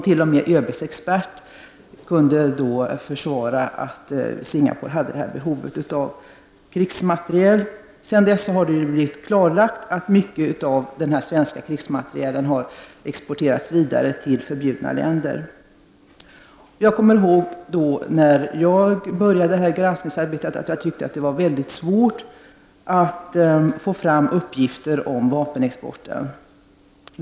T.o.m. ÖBs expert kunde försvara Singapores behov av krigsmateriel. Sedan dess har det ju blivit klarlagt att mycket av den svenska krigsmaterielen exporterades vidare till ”förbjudna” länder. När jag började granskningsarbetet tyckte jag att det var väldigt svårt att få fram uppgifter om vapenexporten.